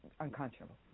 Unconscionable